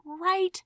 right